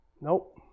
Nope